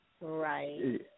Right